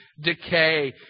decay